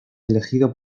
elegido